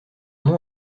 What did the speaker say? nom